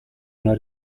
una